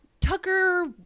Tucker